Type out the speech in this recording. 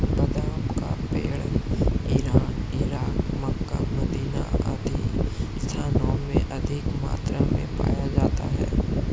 बादाम का पेड़ इरान, इराक, मक्का, मदीना आदि स्थानों में अधिक मात्रा में पाया जाता है